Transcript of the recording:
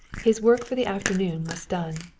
his work for the afternoon was done.